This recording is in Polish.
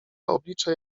oblicze